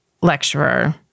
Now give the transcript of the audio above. lecturer